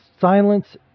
silence